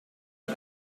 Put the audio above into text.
des